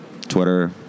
Twitter